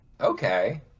Okay